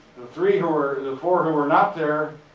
the three who are, the four who were not there,